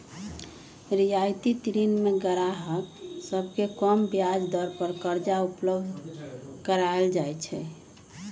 रियायती ऋण में गाहक सभके कम ब्याज दर पर करजा उपलब्ध कराएल जाइ छै